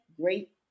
great